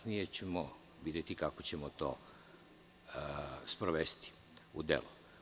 Kasnije ćemo videti kako ćemo to sprovesti u delo.